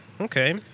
okay